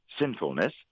sinfulness